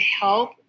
help